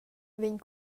vegn